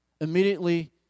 immediately